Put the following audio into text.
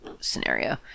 scenario